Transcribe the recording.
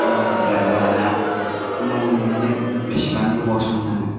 अह driver आदा सिमलासिम मोनहैनो बेसेबां गोबाव सम नांगोन